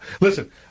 Listen